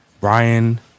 Brian